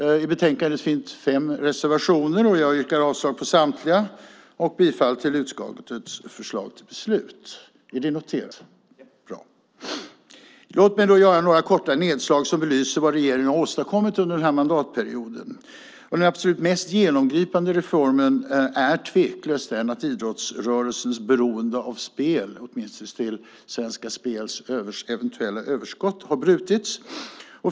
I betänkandet finns fem reservationer, och jag yrkar avslag på samtliga och bifall till utskottets förslag till beslut. Låt mig göra ett par korta nedslag som belyser vad regeringen har åstadkommit under denna mandatperiod. Den absolut mest genomgripande reformen är tveklöst att idrottsrörelsens beroende av spel, eller åtminstone av Svenska Spels eventuella överskott, har brutits.